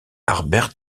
harbert